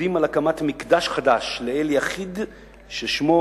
השוקדים על הקמת מקדש חדש לאל יחיד ששמו,